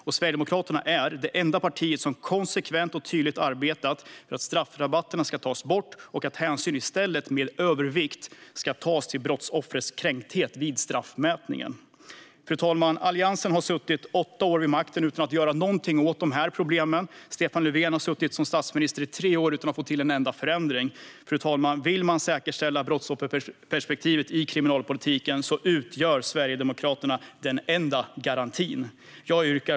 Och Sverigedemokraterna är det enda partiet som konsekvent och tydligt har arbetat för att straffrabatterna ska tas bort och för att hänsyn i stället ska tas med övervikt till brottsoffrets kränkthet vid straffmätningen. Fru talman! Alliansen satt vid makten i åtta år utan att göra någonting åt de här problemen. Stefan Löfven har suttit som statsminister i tre år utan att få till en enda förändring. Om man vill säkerställa brottsofferperspektivet i kriminalpolitiken utgör Sverigedemokraterna den enda garantin för det.